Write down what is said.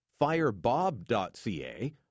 firebob.ca